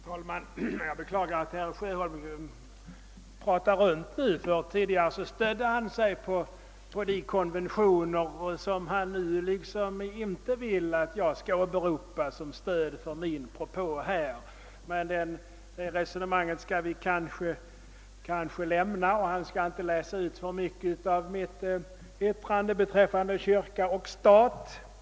Herr talman! Jag konstaterar med beklagande att herr Sjöholm nu pratar runt. Tidigare stödde han sig på de konventioner som han nu finner olämpligt att jag åberopar som stöd för min propå. Nå, det resonemanget kan vi kanske lämna därhän. Men herr Sjöholm skall inte läsa ut för mycket av vad jag sade om kyrka och stat.